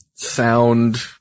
Sound